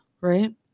Right